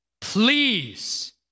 please